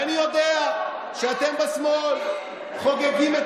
ואני יודע שאתם בשמאל חוגגים את